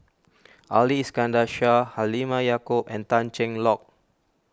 Ali Iskandar Shah Halimah Yacob and Tan Cheng Lock